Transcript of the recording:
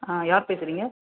ஆ யார் பேசுறிங்க